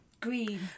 green